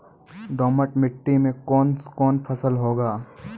दोमट मिट्टी मे कौन कौन फसल होगा?